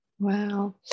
Wow